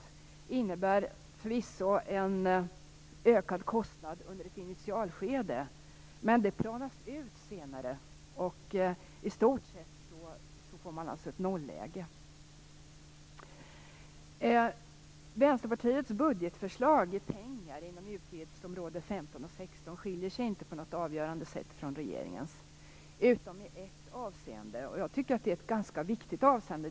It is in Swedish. Det innebär förvisso en ökad kostnad under ett initialskede, men det planas ut senare, och i stort sett får man ett nolläge. 15 och 16 skiljer sig i reda pengar inte på något avgörande sätt från regeringens - utom i ett avseende.